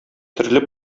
төрле